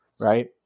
right